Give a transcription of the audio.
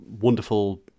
wonderful